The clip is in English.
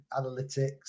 analytics